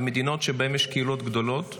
במדינות שבהן יש קהילות גדולות.